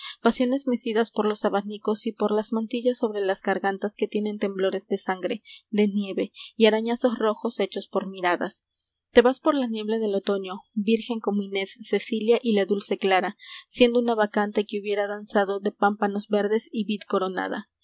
pasiones mecidas por los abanicos y por las mantillas sobre las gargantas que tienen temblores de sangre de nieve y arañazos rojos hechos por miradas te vas por la niebla del otoño virgen como inés cecilia y la dulce clara siendo una bacante que hubiera danzado de pámpanos verdes y vid coronada